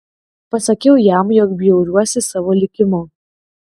pasakiau jam jog bjauriuosi savo likimu